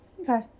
Okay